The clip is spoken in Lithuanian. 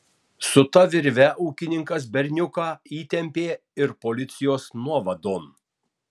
su ta virve ūkininkas berniuką įtempė ir policijos nuovadon